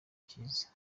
kiza